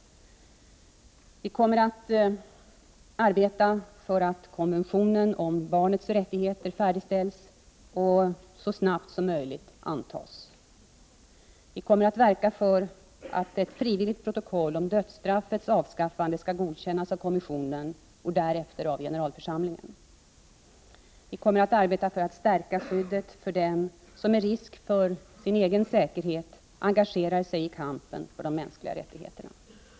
Vi kommer att arbeta för att konventionen om barnets rättigheter färdigställs och så snart som möjligt antas. Vi kommer att verka för att ett frivilligt protokoll om dödsstraffets avskaffande skall godkännas av kommissionen och därefter av generalförsamlingen. Vi kommer att arbeta för att stärka skyddet för dem som med risk för sin egen säkerhet engagerar sig i kampen för de mänskliga rättigheterna.